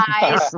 guys